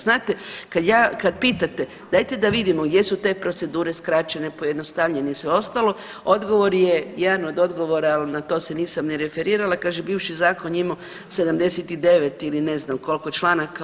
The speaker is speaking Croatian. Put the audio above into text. Znate kad pitate dajte da vidimo jesu li te procedure skraćene, pojednostavljene i sve ostalo odgovor je, jedan od odgovora ali nat o se nisam ni referirala, kaže bivši zakon je imao 79 ili ne znam koliko članaka.